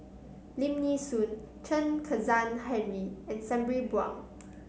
Lim Nee Soon Chen Kezhan Henri and Sabri Buang